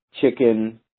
chicken